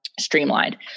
Streamlined